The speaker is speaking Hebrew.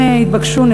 הם התבקשו,